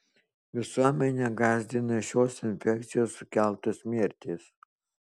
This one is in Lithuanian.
visuomenę gąsdina šios infekcijos sukeltos mirtys